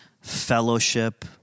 fellowship